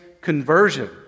conversion